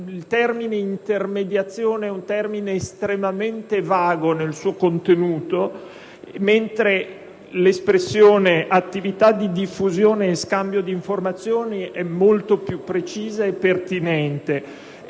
il termine «intermediazione» è estremamente vago nel suo contenuto, mentre l'espressione «attività di diffusione e scambio di informazioni» è molto più precisa e pertinente.